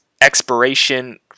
expiration